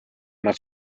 nad